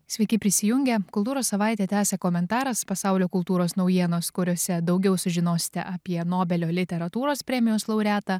sveiki prisijungę kultūros savaitę tęsia komentaras pasaulio kultūros naujienos kuriose daugiau sužinosite apie nobelio literatūros premijos laureatą